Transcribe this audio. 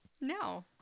No